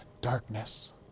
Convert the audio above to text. darkness